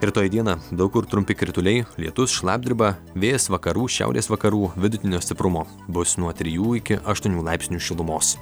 rytoj dieną daug kur trumpi krituliai lietus šlapdriba vėjas vakarų šiaurės vakarų vidutinio stiprumo bus nuo trijų iki aštuonių laipsnių šilumos